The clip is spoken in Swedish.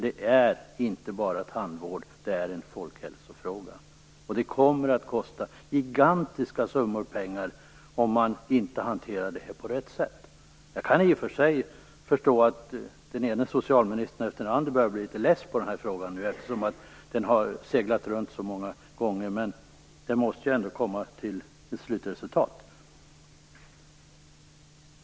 Det är inte bara tandvård det gäller, det här är en folkhälsofråga. Det kommer att kosta gigantiska summor pengar om man inte hanterar det här på rätt sätt. Jag kan i och för sig förstå att den ena socialministern efter denna andra börjar bli litet less på den här frågan. Den har ju seglat runt så många gånger. Men det måste ju ändå bli ett slutresultat.